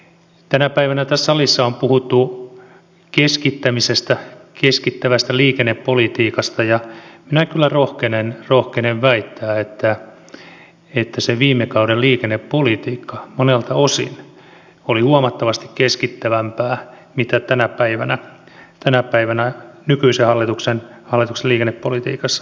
tänä päivänä tässä salissa on puhuttu keskittämisestä keskittävästä liikennepolitiikasta ja minä kyllä rohkenen väittää että se viime kauden liikennepolitiikka monelta osin oli huomattavasti keskittävämpää kuin mitä tänä päivänä nykyisen hallituksen liikennepolitiikassa puhutaan